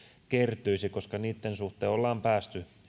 kertyisi koska niitten suhteen ollaan päästy